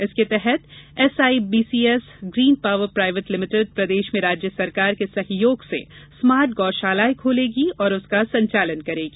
इसके तहत SIBCS green power private limited प्रदेष में राज्य सररकार के सहयोग से स्मार्ट गौषालाएं खोलेगी और उसका संचालन करेगी